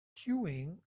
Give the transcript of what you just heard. queuing